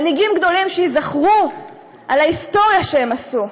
מנהיגים גדולים שייזכרו על ההיסטוריה שהם עשו.